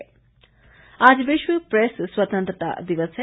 press स्वतंत्रता दिवस आज विश्व प्रेस स्वतंत्रता दिवस है